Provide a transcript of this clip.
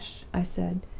hush! i said.